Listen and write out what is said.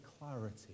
clarity